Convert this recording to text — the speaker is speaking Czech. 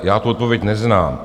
Já tu odpověď neznám.